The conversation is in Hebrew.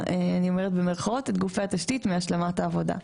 אני אומרת במירכאות את גופי התשתית מהשלמת העבודה.